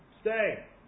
Stay